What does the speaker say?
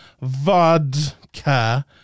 Vodka